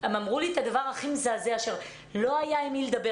הם אמרו לי את הדבר הכי מזעזע: לא היה עם מי לדבר,